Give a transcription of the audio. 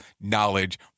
knowledge